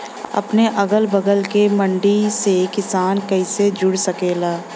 अपने अगला बगल के मंडी से किसान कइसे जुड़ सकेला?